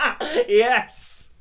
Yes